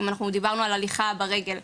דיברנו על הליכה ברגל.